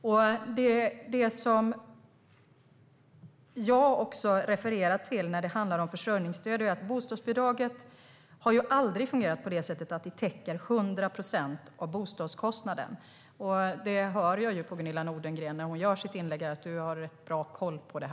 Det som jag refererade till när det handlar om försörjningsstöd är att bostadsbidraget aldrig har fungerat på det sättet att det täcker 100 procent av bostadskostnaden. Jag hör på Gunilla Nordgren när hon gör sitt inlägg att hon har bra koll på det.